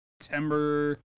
September